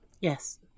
Yes